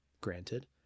Granted